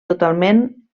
totalment